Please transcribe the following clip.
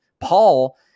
Paul